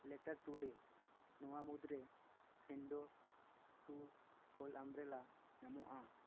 letter ᱴᱩᱰᱮ ᱱᱚᱣᱟ ᱢᱩᱫᱽᱨᱮ ᱯᱷᱮᱱᱰᱳ ᱴᱩ ᱯᱷᱳᱞᱰ ᱟᱢᱵᱨᱮᱞᱟ ᱧᱟᱢᱚᱜᱼᱟ